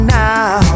now